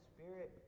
Spirit